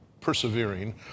persevering